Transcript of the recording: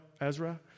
Ezra